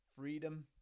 Freedom